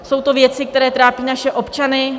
Jsou to věci, které trápí naše občany.